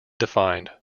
defined